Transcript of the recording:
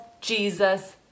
Jesus